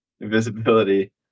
invisibility